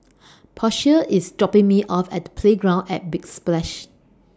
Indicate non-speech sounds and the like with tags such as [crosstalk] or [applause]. [noise] Portia IS dropping Me off At Playground At Big Splash